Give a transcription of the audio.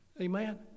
Amen